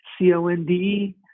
C-O-N-D-E